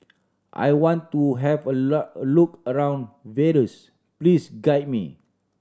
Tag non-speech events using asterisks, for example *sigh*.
I want to have a *unintelligible* look around Vaduz please guide me